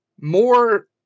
more